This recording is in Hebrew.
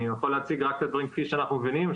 אני יכול להציג רק את הדברים כפי שאנחנו מבינים.